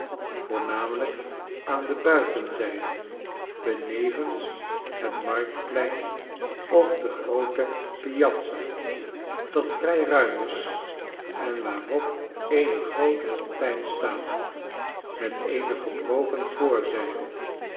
voornamelijk aan de buitenzijde benevens het marktplein of de groote p i a z z a dat vrij ruim is en waarop eene groote fontein staat met eene gebroken voorzijde